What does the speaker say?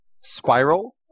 Spiral